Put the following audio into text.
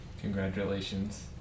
Congratulations